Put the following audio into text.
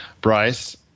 Bryce